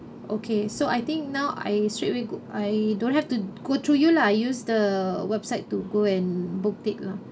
okay so I think now I straight away go I don't have to go through you lah use the website to go and book it lah